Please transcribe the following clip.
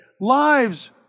Lives